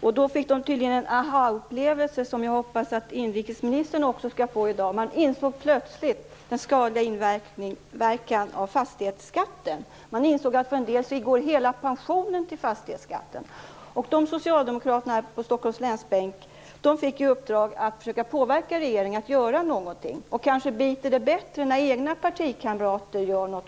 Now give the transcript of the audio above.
Då fick de tydligen en aha-upplevelse som jag hoppas att inrikesministern också skall få i dag. Man insåg plötsligt den skadliga inverkan av fastighetsskatten. Man insåg att för en del går hela pensionen till fastighetsskatten. Socialdemokraterna på Stockholms läns bänk fick i uppdrag att försöka påverka regeringen att göra någonting. Kanske biter det bättre när egna partikamrater gör något.